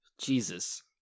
Jesus